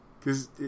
cause